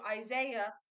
Isaiah